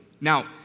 Now